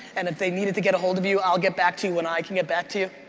and if they needed to get a hold of you, i'll get back to you and i can get back to you?